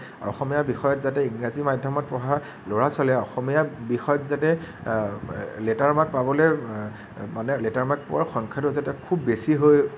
অসমীয়া বিষয়ত যাতে ইংৰাজী মাধ্যমত পঢ়া ল'ৰা ছোৱালীয়ে অসমীয়া বিষয়ত যাতে লেটাৰ মাৰ্ক পাবলৈ মানে লেটাৰ মাৰ্ক পোৱাৰ সংখ্যাটো যাতে খুব বেছি হৈ